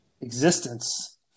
existence